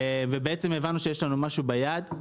בעצם הבנו שיש לנו משהו ביד.